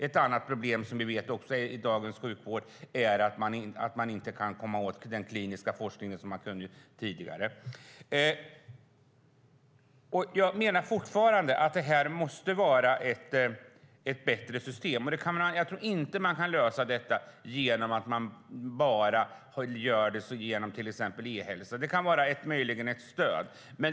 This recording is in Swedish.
Ett annat problem i dagens sjukvård är att man inte kan komma åt den kliniska forskningen, vilket man kunde tidigare. Vi måste ha ett bättre system. Man kan inte lösa det genom enbart e-hälsa, men det kan möjligen vara ett stöd.